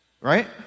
right